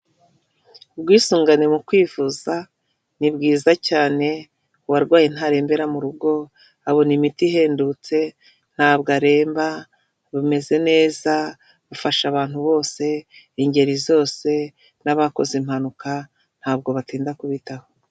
Ubwisungane mu kwivuza ni bwiza cyane, uwarwaye ntarembera mu rugo, abona imiti ihendutse, ntabwo aremba, bumeze neza, bufasha abantu bose, ingeri zose, n'abakoze impanuka, ntabwo batinda kubitaho.